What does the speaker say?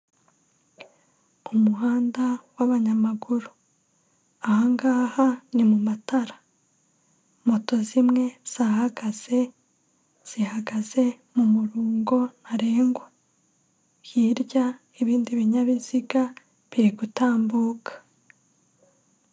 Umuhanda w'abanyamaguru. Ahangaha ni mu matara, moto zimwe zahagaze, zihagaze mu murongo ntarengwa. Hirya ibindi binyabiziga biri gutambuka.